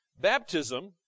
Baptism